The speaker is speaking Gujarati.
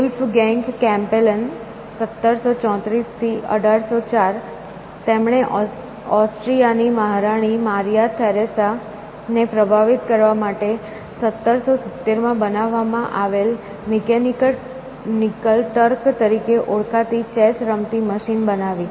વુલ્ફગેંગ કેમ્પેલેન 1734 1804 તેમણે ઑસ્ટ્રિયાની મહારાણી મારિયા થેરેસા ને પ્રભાવિત કરવા માટે 1770 માં બનાવવામાં આવેલ મિકેનિકલ ટર્ક તરીકે ઓળખાતી ચેસ રમતી મશીન બનાવી